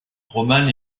roman